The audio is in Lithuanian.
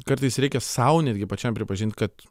kartais reikia sau netgi pačiam pripažint kad